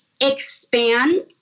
expand